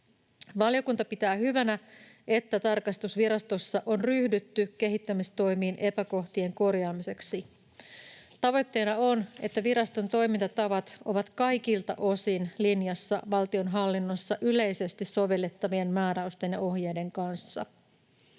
Valiokunta pitää hyvänä, että tarkastusvirastossa on ryhdytty kehittämistoimiin epäkohtien korjaamiseksi. Tavoitteena on, että viraston toimintatavat ovat kaikilta osin linjassa valtionhallinnossa yleisesti sovellettavien määräysten ja ohjeiden kanssa.